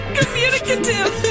communicative